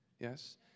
Yes